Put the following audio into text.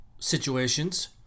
situations